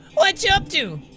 whatcha up to?